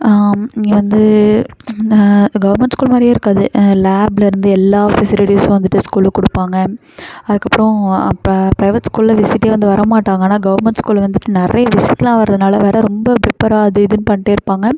இங்கே வந்து இந்த கவர்ன்மென்ட் ஸ்கூல் மாதிரியே இருக்காது லேப்லேருந்து எல்லா ஃபெஸிலிட்டிஸும் வந்துட்டு ஸ்கூலில் கொடுப்பாங்க அதுக்குப்புறம் அப்போ ப்ரைவேட் ஸ்கூலில் விசிட்டே வந்தே வரமாட்டாங்க ஆனால் கவர்ன்மென்ட் ஸ்கூலில் வந்துட்டு நிறைய விசிட்டெலாம் வரதினால ரொம்ப ப்ரிப்பராக அது இதுன்னு பண்ணிகிட்டே இருப்பாங்க